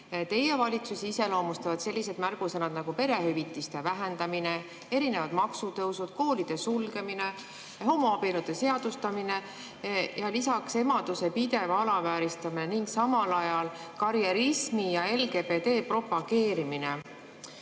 Teie valitsust iseloomustavad sellised märksõnad nagu perehüvitiste vähendamine, erinevad maksutõusud, koolide sulgemine, homoabielude seadustamine ja lisaks emaduse pidev alavääristamine ning samal ajal karjerismi ja LGBT propageerimine.